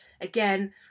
Again